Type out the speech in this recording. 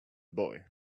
boy